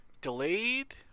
delayed